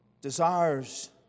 desires